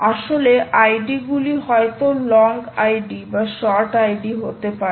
আসলে আইডি গুলি হয়তো লং আইডি বা শর্ট আইডি হতে পারে